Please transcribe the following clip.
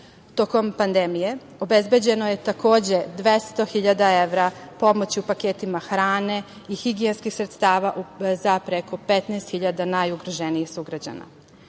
Tokom pandemije, obezbeđeno je takođe 200 hiljada evra pomoći u paketima hrane i higijenskih sredstava za preko 15 hiljada najugroženijih sugrađana. Evropska